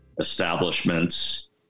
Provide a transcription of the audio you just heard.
establishments